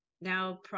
now